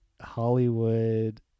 hollywood